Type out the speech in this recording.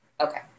Okay